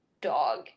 dog